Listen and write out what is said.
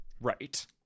right